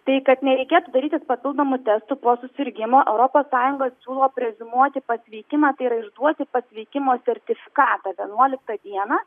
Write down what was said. tai kad nereikėtų darytis papildomų testų po susirgimo europos sąjunga siūlo preziumuoti pasveikimą tai yra išduoti pasveikimo sertifikatą vienuoliktą dieną